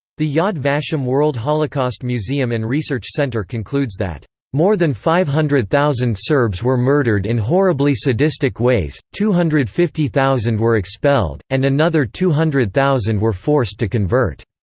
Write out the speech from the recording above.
the yad vashem world holocaust museum and research center concludes that more than five hundred thousand serbs were murdered in horribly sadistic ways, two hundred and fifty thousand were expelled, and another two hundred thousand were forced to convert.